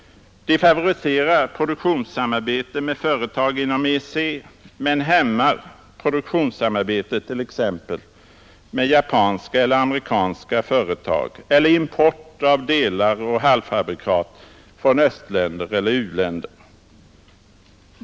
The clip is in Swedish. De favoriserar produktionssamarbete med företag inom EEC men hämmar produktionssamarbete t.ex. med japanska eller amerikanska företag eller import av delar och halvfabrikat från östländer eller u-länder.